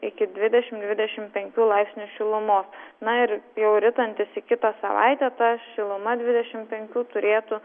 iki dvidešim dvidešim penkių laipsnių šilumos na ir jau ritantis į kitą savaitę ta šiluma dvidešim penkių turėtų